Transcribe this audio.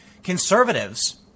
conservatives